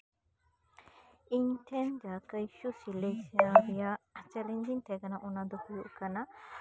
ᱤᱧ ᱴᱷᱮᱱ ᱡᱟᱦᱟᱸ ᱠᱳᱭᱥᱳ ᱥᱤᱞᱚᱠᱥᱚᱱ ᱨᱮᱱᱟᱜ ᱪᱮᱞᱮᱧᱡᱤᱝ ᱛᱟᱦᱮᱸᱠᱟᱱᱟ ᱚᱱᱟ ᱫᱤ ᱦᱩᱭᱩᱜ ᱠᱟᱱᱟ